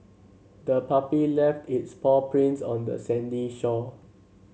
the puppy left its paw prints on the sandy shore